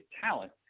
talent